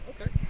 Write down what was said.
Okay